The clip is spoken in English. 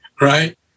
right